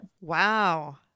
Wow